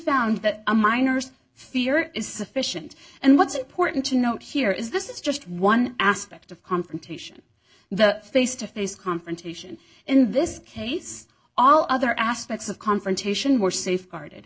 found that a miner's fear is sufficient and what's important to note here is this is just one aspect of confrontation the face to face confrontation in this case all other aspects of confrontation were safeguard